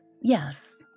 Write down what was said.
yes